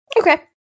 Okay